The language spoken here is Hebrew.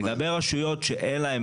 לגבי רשויות שאין להן,